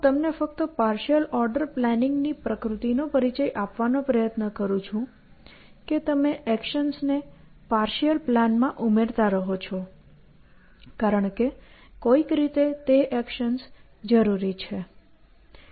હું ફક્ત તમને પાર્શિઅલ ઓર્ડર પ્લાનિંગની પ્રકૃતિનો પરિચય આપવાનો પ્રયત્ન કરું છું કે તમે એક્શન્સને પાર્શિઅલ પ્લાનમાં ઉમેરતા રહો છો કારણ કે કોઈક રીતે તે એક્શન્સ જરૂરી છે